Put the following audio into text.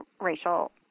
racial